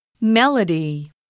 Melody